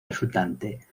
resultante